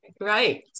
right